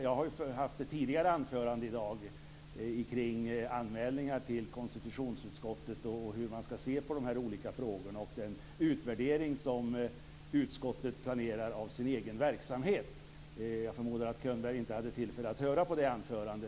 Jag har hållit ett anförande tidigare i dag kring anmälningar till konstitutionsutskottet, hur man skall se på de olika frågorna och den utvärdering som utskottet planerar av sin egen verksamhet - jag förmodar att Könberg inte hade tillfälle att höra på mitt anförande.